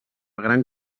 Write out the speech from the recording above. gran